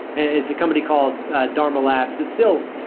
it's a company called dharma labs that still,